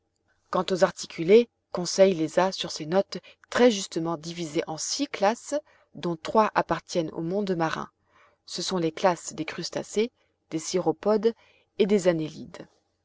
quant aux articulés conseil les a sur ses notes très justement divisés en six classes dont trois appartiennent au monde marin ce sont les classes des crustacés des cirrhopodes et des